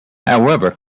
however